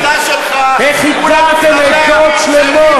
איך הדרתם עדות שלמות,